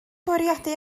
bwriadu